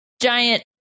giant